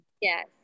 Yes